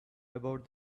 about